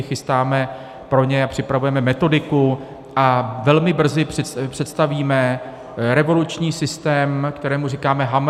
chystáme pro ně a připravujeme metodiku a velmi brzy představíme revoluční systém, kterému říkáme HAMR.